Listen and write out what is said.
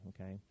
Okay